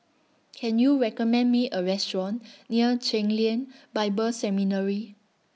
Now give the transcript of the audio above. Can YOU recommend Me A Restaurant near Chen Lien Bible Seminary